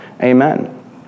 Amen